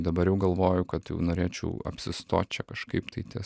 dabar jau galvoju kad jau norėčiau apsistot čia kažkaip tai ties